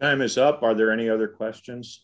then is up are there any other questions